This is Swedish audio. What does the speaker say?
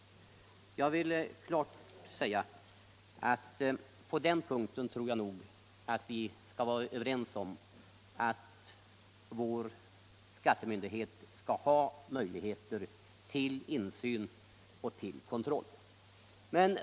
Jag tror att vi är överens om att våra skattemyndigheter skall ha möjlighet till insyn och kontroll.